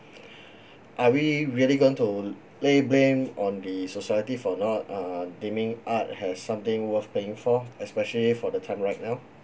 are we really going to lay blame on the society for not uh deeming art as something worth paying for especially for the time right now